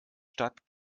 stadt